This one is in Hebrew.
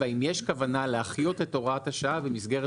והאם יש כוונה להחיות את הוראת השעה במסגרת